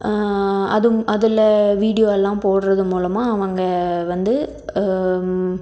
அது அதில் வீடியோ எல்லாம் போடுறது மூலமாக அவங்க வந்து